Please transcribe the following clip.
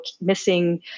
missing